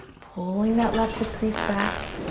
pulling that left hip crease back.